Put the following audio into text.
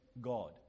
God